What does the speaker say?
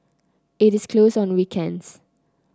it is closed on weekends